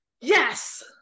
yes